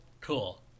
Cool